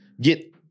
get